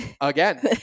Again